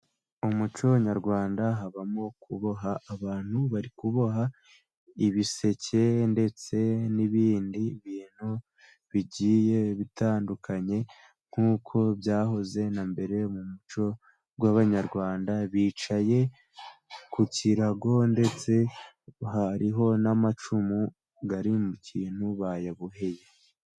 Mu muco nyarwanda habamo kuboha. Abantu bari kuboha ibiseke ndetse n'ibindi bintu bigiye bitandukanye nk'uko byahoze na mbere mu muco w'Abanyarwanda. Bicaye ku kirago ndetse hariho n'amacumu ari mu kintu bayaboheye.